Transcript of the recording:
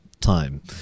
time